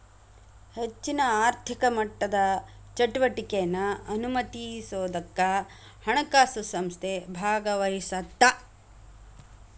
ಹೆಚ್ಚಿನ ಆರ್ಥಿಕ ಮಟ್ಟದ ಚಟುವಟಿಕೆನಾ ಅನುಮತಿಸೋದಕ್ಕ ಹಣಕಾಸು ಸಂಸ್ಥೆ ಭಾಗವಹಿಸತ್ತ